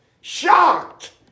Shocked